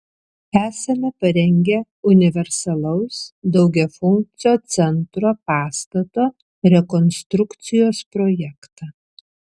esame parengę universalaus daugiafunkcio centro pastato rekonstrukcijos projektą